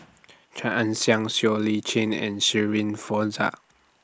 Chia Ann Siang Siow Lee Chin and Shirin Fozdar